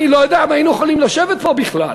אני לא יודע אם היינו יכולים לשבת פה בכלל,